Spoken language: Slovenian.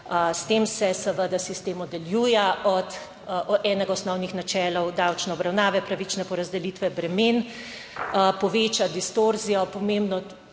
S tem se seveda sistem oddaljuje od enega osnovnih načel davčne obravnave, pravične porazdelitve bremen, poveča distorzijo, pomembno